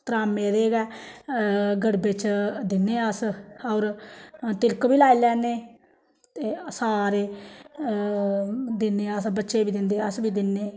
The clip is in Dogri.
त्रामे दे गै गड़बे च दिन्ने आं अस होर तिलक बी लाई लैन्नें ते सारे दिन्नें अस बच्चे बी दिंदे अस बी दिन्नें